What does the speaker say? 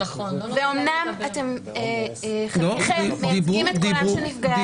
אומנם חלקכם מייצגים את קולם של נפגעי